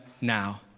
now